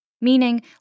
Meaning